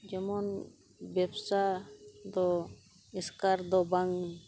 ᱡᱮᱢᱚᱱ ᱵᱮᱵᱥᱟ ᱫᱚ ᱮᱥᱠᱟᱨ ᱫᱚ ᱵᱟᱝ